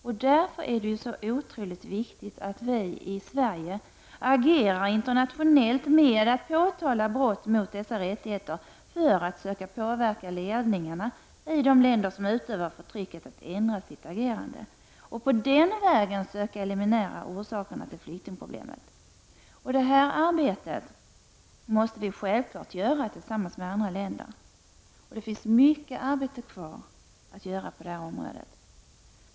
Det är därför så otroligt viktigt att vi i Sverige agerar internationellt genom att påtala brott mot dessa rättigheter och söka påverka ledningen i de länder som utövar förtrycket att ändra sitt agerande och på den vägen söka eliminera orsakerna till flyktingproblemen. Det här arbetet måste vi självklart göra tillsammans med andra länder. Det finns mycket arbete kvar att göra på det här området.